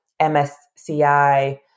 MSCI